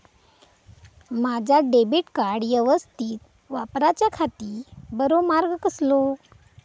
माजा debit card यवस्तीत वापराच्याखाती बरो मार्ग कसलो?